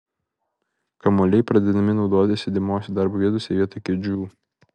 kamuoliai pradedami naudoti sėdimose darbo vietose vietoj kėdžių